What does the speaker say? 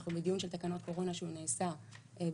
אנחנו בדיון של תקנות שהוא נעשה בדיעבד.